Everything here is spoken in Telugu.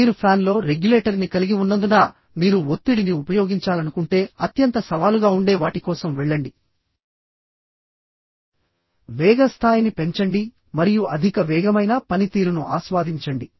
మీరు ఫ్యాన్లో రెగ్యులేటర్ని కలిగి ఉన్నందున మీరు ఒత్తిడిని ఉపయోగించాలనుకుంటే అత్యంత సవాలుగా ఉండే వాటి కోసం వెళ్లండి వేగ స్థాయిని పెంచండి మరియు అధిక వేగమైనా పనితీరును ఆస్వాదించండి